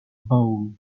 bowl